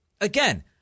again